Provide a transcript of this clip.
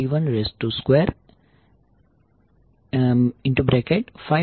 8125 j2695